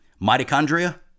Mitochondria